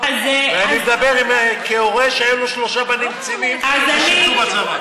ואני מדבר כהורה שהיו לו שלושה בנים קצינים ששירתו בצבא.